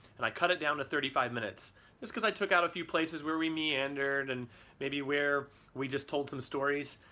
and i cut it down to thirty five minutes, just because i took out a few places where we meandered and maybe where we just told some stories.